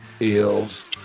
Eels